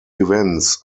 events